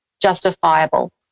justifiable